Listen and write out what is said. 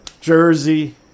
jersey